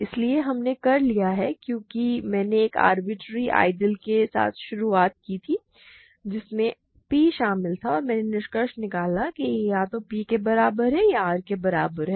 इसलिए हमने कर लिया है क्योंकि मैंने एक आरबिटरेरी आइडियल के साथ शुरू किया था जिसमें P शामिल है और मैंने निष्कर्ष निकाला है कि यह या तो P के बराबर है या यह R के बराबर है